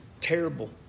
terrible